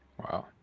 Wow